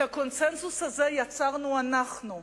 את הקונסנזוס הזה יצרנו אנחנו,